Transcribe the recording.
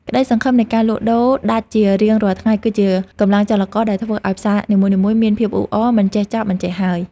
ក្តីសង្ឃឹមនៃការលក់ដូរដាច់ជារៀងរាល់ថ្ងៃគឺជាកម្លាំងចលករដែលធ្វើឱ្យផ្សារនីមួយៗមានភាពអ៊ូអរមិនចេះចប់មិនចេះហើយ។